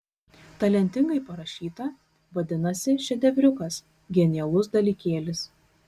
talentingai parašyta vadinasi šedevriukas genialus dalykėlis